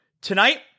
Tonight